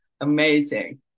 amazing